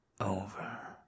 over